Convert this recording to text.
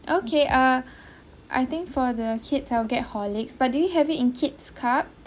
okay ah I think for the kid I'll get horlicks but do you have it in kids cup